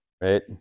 right